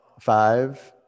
five